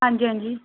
हां जी हां जी